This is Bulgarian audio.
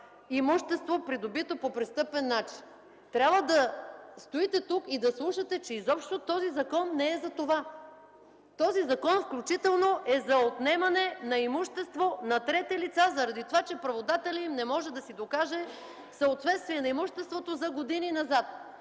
имущество придобито по престъпен начин. Трябва да стоите тук и да слушате, че този закон изобщо не е за това. Този закон е и за отнемане на имущество на трети лица заради това, че праводателят им не може да докаже съответствие на имуществото за години назад.